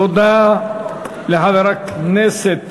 תודה לחבר הכנסת